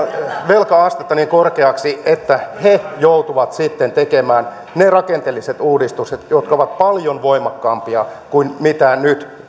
velka astetta niin korkeaksi että he joutuvat sitten tekemään ne rakenteelliset uudistukset jotka ovat paljon voimakkaampia kuin